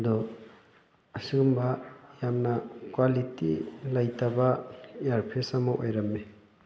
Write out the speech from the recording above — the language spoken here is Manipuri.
ꯑꯗꯨ ꯑꯁꯤꯒꯨꯝꯕ ꯌꯥꯝꯅ ꯀ꯭ꯋꯥꯂꯤꯇꯤ ꯂꯩꯇꯕ ꯏꯌꯥꯔꯄꯤꯁ ꯑꯃ ꯑꯣꯏꯔꯝꯃꯤ